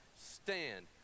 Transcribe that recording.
stand